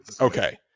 Okay